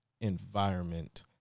environment